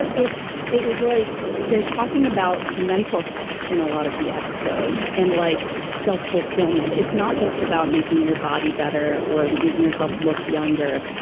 it's it was like they're talking about mental health in a lot of the episodes and like self-fulfillment. it's not just about making your body better or making yourself look younger.